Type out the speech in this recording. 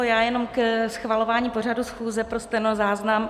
Já jenom ke schvalování pořadu schůze pro stenozáznam.